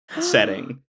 setting